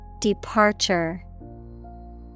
Departure